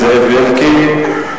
אני מזמין את חבר הכנסת זאב אלקין.